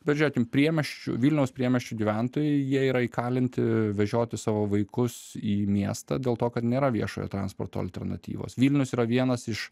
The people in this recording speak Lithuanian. bet žiūrėkim priemies vilniaus priemiesčių gyventojai jie yra įkalinti vežioti savo vaikus į miestą dėl to kad nėra viešojo transporto alternatyvos vilnius yra vienas iš